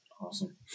awesome